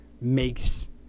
makes